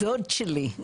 את הדוד שלי,